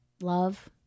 Love